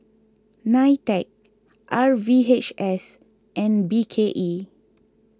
Nitec R V H S and B K E